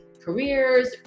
careers